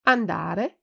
andare